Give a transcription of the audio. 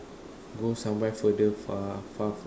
go somewhere further far far